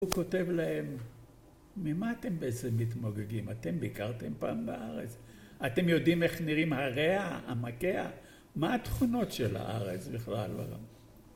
הוא כותב להם, ממה אתם בעצם מתמוגגים? אתם ביקרתם פעם בארץ, אתם יודעים איך נראים עריה, עמקיה? מה התכונות של הארץ בכלל?